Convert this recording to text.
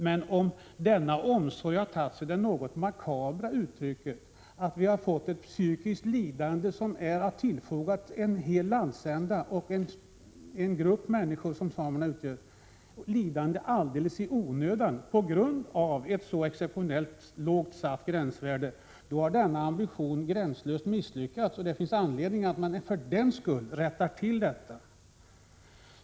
Men om denna omsorg har tagit sig det något makabra uttrycket att ett psykiskt lidande har tillfogats en hel landsända och en hel folkgrupp, ett lidande alldeles i onödan, på grund av ett exceptionellt lågt satt gränsvärde, så har denna ambition gränslöst misslyckats, och då finns det anledning att för den skull rätta till detta.